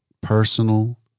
personal